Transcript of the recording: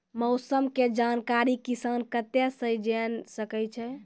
मौसम के जानकारी किसान कता सं जेन सके छै?